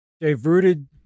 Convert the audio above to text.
diverted